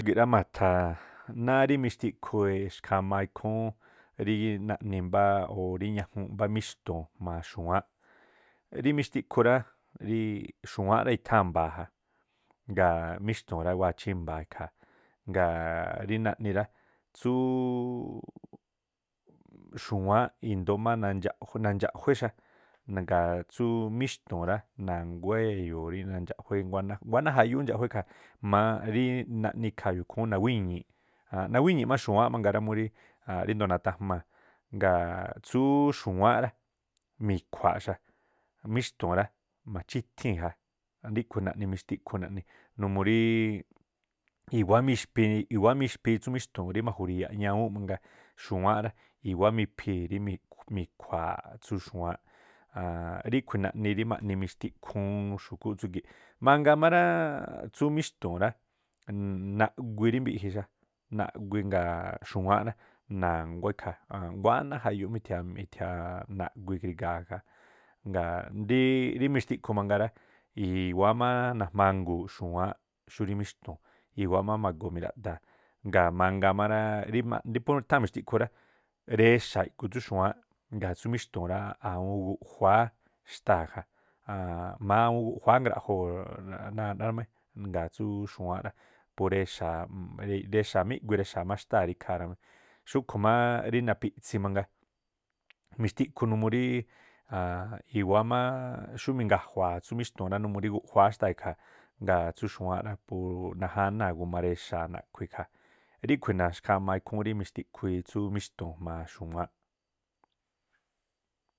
Gi̱ꞌ rá ma̱tha̱a̱a náá rí mixtiꞌkhu i̱xkhamaa ikhúún rí naꞌni mbáá o̱ rí ñajuunꞌ mbáá míxtu̱u̱n jma̱a xu̱wáánꞌ rí mixtiꞌkhu rá, xu̱wáánꞌ i̱tháa̱n mba̱a̱ ja, ngaa̱ míxtu̱u̱n rá wáa̱ chímba̱a̱ ikhaa̱. Ngaa̱ rí naꞌni rá, tsúúꞌ xu̱wáánꞌ i̱ndóó má nandxaꞌjué, nandxaꞌjué xa, gaa̱ tsú mixtu̱u̱n rá na̱nguá e̱yo̱o̱ rí nandxaꞌjué nguáná, nguáná jayuuꞌ ú indxaꞌjué ikhaa̱ mááꞌ rí naꞌnii̱ ikhaa̱ e̱yo̱o̱ ikhúún nawíñi̱ꞌ, nawíñi̱ꞌ má xu̱wáánꞌ mangaa rá, múú ríndo̱o nathajmaa̱. Gaa̱ tsúú xu̱wáánꞌ rá, mi̱khua̱̱a̱̱ꞌ xa, míxtu̱u̱n rá machíthii̱n ja, ríꞌkhui̱ naꞌni mixtiꞌkhu naꞌni numuu ríí i̱wáá mixphinn i̱wáá mixphi tsú míxtu̱u̱n rí majuri̱ya̱ꞌ ñawúúnꞌ mangaa, xu̱wáánꞌ rá i̱wáá miphii̱ rí mi̱khua̱a̱ tsú xu̱wáán a̱a̱nnꞌ ríꞌkhui̱ naꞌni̱ rí ma̱ꞌni mixtiꞌkhúún xu̱kúꞌ tsúgi̱ꞌ. Mangaa má ráá tsú mixtu̱u̱n rá, naꞌgui̱ rí mbiꞌji xa, nagui̱ nga̱a̱ꞌ, xu̱wáánꞌ rá, na̱nguá ikhaa̱ nguáná jayuuꞌ mi̱thiaa mi̱thiaaꞌ nagui kri̱ga̱a̱ ja. Ngaa ndíí rí mixtiꞌkhu mangaa rá, i̱wáá má najmángu̱u̱ꞌ xu̱wáánꞌ xúrí míxtu̱u̱n i̱wáá má ma̱goo mi̱raꞌdaa̱, ngaa̱ mangaa má ráá, rí phú i̱tháa̱n mixtiꞌkhu rá. Rexa̱a iꞌgu tsú xu̱wáánꞌ ngaa tsú mixtu̱u̱n rá awúún guꞌjuáa xtáa̱ ja a̱a̱nꞌ má awúún gu̱ꞌjuá ngraꞌjoo̱ rrrámé ngaa̱ tsú xu̱wáánꞌ rá pú rexa̱a má iꞌgui rexa̱a má xtáa̱ ri ikhaa̱ rá mí. Xúꞌkhu̱ mááꞌ rí napiꞌtsi mangaa, mixtiꞌkhu numuu ríí a̱a̱nn- i̱wáá máááꞌ xú minga̱jua̱a̱ tsú míxtu̱u̱n rá, numuu rí guꞌjuáá xtáa̱ ikhaa̱, ngaa̱ tsú xu̱wáánꞌ rá puu naj́ánáa̱ guma rexaa̱ nakhui̱ ikhaa̱. Ríꞌkhui̱ naxkhamaa ikhúún ri mixtiꞌkhuii tsú míxtu̱u̱n jma̱a xu̱wáánꞌ.